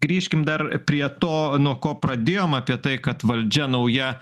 grįžkim dar prie to nuo ko pradėjom apie tai kad valdžia nauja